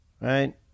right